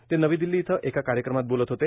ते काल नवी दिल्ली इथं एका कार्यक्रमात बोलत होते